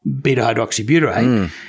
beta-hydroxybutyrate